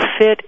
fit